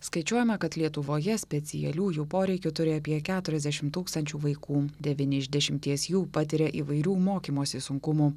skaičiuojama kad lietuvoje specialiųjų poreikių turi apie keturiasdešim tūkstančių vaikų devyni iš dešimties jų patiria įvairių mokymosi sunkumų